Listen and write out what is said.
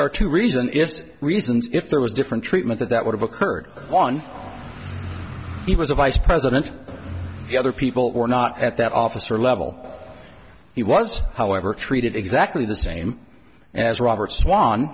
are two reason is reasons if there was different treatment that would have occurred on he was a vice president the other people were not at that officer level he was however treated exactly the same as robert swan